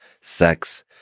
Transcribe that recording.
sex